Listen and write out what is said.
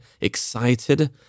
excited